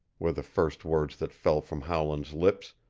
were the first words that fell from howland's lips,